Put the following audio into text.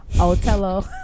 Otello